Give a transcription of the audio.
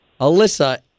Alyssa